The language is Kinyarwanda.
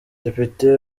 depite